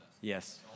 Yes